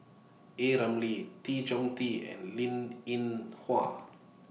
A Ramli Tan Choh Tee and Linn in Hua